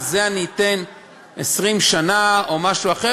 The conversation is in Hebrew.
על זה אני אתן 20 שנה או משהו אחר,